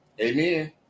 Amen